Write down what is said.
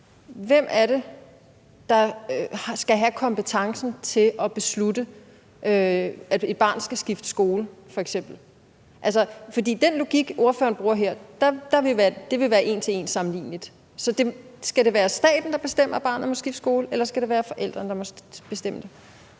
Hvem er det, der skal have kompetencen til at beslutte, at et barn skal skifte skole, f.eks.? Altså, for ifølge den logik, ordføreren bruger her, vil det være en til en-sammenligneligt. Så skal det være staten, der bestemmer, at barnet må skifte skole, eller skal det være forældrene, der må bestemme det?